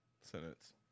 sentence